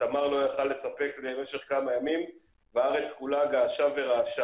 שתמר לא יכול היה לספק למשך כמה ימים והארץ כולה געשה ורעשה,